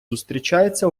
зустрічаються